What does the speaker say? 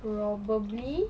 probably